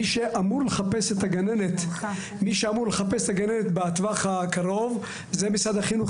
מי שאמור לחפש את הגננת בטווח הקרוב זה משרד החינוך,